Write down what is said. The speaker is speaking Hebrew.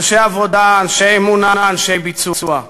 אנשי עבודה, אנשי אמונה, אנשי ביצוע,